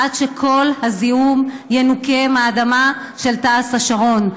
עד שכל הזיהום ינוקה מהאדמה של תעש השרון.